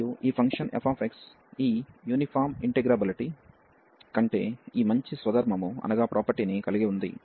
మరియు ఈ ఫంక్షన్ fxఈ యూనిఫామ్ ఇంటిగ్రబులిటీ కంటే ఈ మంచి స్వధర్మము ని కలిగి ఉంది